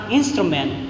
instrument